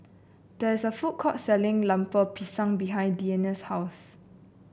there is a food court selling Lemper Pisang behind Deana's house